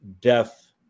death